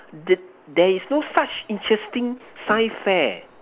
there there is no such interesting science fair